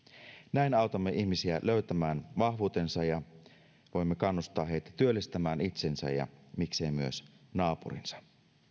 näin autamme ihmisiä löytämään vahvuutensa ja voimme kannustaa heitä työllistämään itsensä ja miksei myös naapurinsa